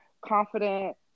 confident